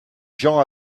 gens